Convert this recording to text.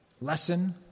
lesson